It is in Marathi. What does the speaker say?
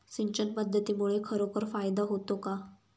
सिंचन पद्धतीमुळे खरोखर फायदा होतो का?